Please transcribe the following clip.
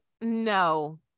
no